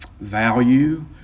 value